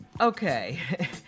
Okay